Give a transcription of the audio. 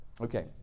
okay